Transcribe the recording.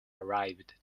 arrived